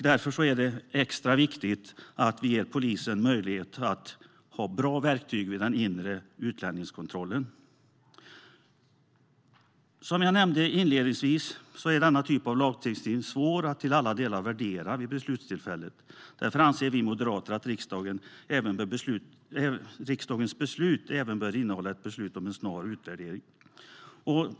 Därför är det extra viktigt att vi ger polisen möjligheter att ha bra verktyg vid den inre utlänningskontrollen. Som jag nämnde inledningsvis är denna typ av lagstiftning svår att till alla delar värdera vid beslutstillfället. Därför anser vi moderater att riksdagens beslut även behöver innehålla ett beslut om en snar utvärdering.